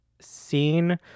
seen